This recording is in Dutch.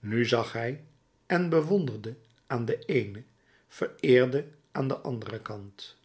nu zag hij en bewonderde aan den eenen vereerde aan den anderen kant